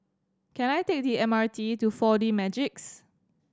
can I take the M R T to Four D Magix